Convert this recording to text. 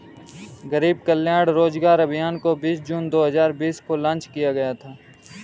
गरीब कल्याण रोजगार अभियान को बीस जून दो हजार बीस को लान्च किया गया था